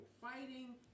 fighting